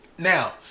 Now